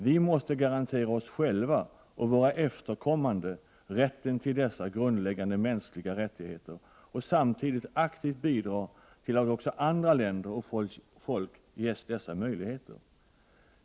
Vi måste garantera oss själva och våra efterkommande rätten till dessa grundläggande mänskliga rättigheter och samtidigt aktivt bidra till att också andra länder och folk ges dessa möjligheter.